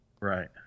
Right